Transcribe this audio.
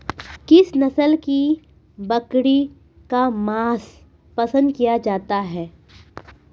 किस नस्ल की बकरी का मांस पसंद किया जाता है?